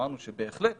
אמרנו שבהחלט